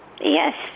Yes